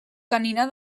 canina